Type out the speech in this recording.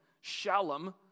Shalom